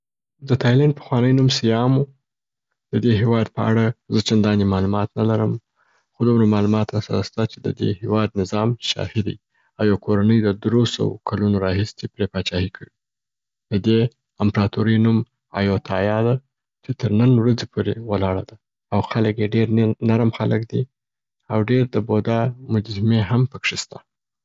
د تایلنډ پخوانی نوم سیام و. د دې هیواد په اړه زه چنداني معلومات نه لرم، خو دومره معلومات را سره سته چې د دي هیواد نظام شاهي دی او یو کورني د درو سو کلونو راهیسي پری پاچاهی کوی. د دې امپراتورۍ نوم آیوتایا ده چې تر نن ورځي پوري ولاړه ده او خلګ یې ډېر نې نرم خلک دي او ډېر د بودا مجسمې هم پکښي سته.